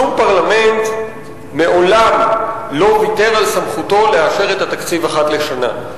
שום פרלמנט מעולם לא ויתר על סמכותו לאשר את התקציב אחת לשנה.